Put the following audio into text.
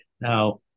now